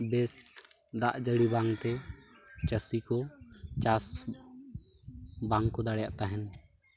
ᱵᱮᱥ ᱫᱟᱜ ᱡᱟᱹᱲᱤ ᱵᱟᱝᱛᱮ ᱪᱟᱹᱥᱤᱠᱚ ᱪᱟᱥ ᱵᱟᱝᱠᱚ ᱫᱟᱲᱮᱭᱟᱫ ᱛᱟᱦᱮᱱ